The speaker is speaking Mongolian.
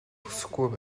хүсэхгүй